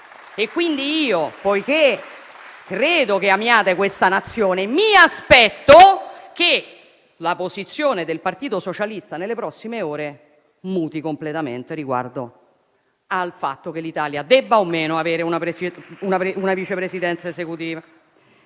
Pertanto, poiché credo che amiate questa Nazione, mi aspetto che la posizione del Partito Socialista nelle prossime ore muti completamente riguardo al fatto che l'Italia debba avere o meno una vice presidenza esecutiva.